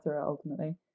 ultimately